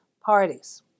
parties